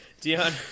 Dion